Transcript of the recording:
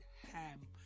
ham